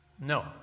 No